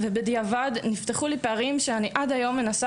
בדיעבד נפתחו פערים שעד היום אני מנסה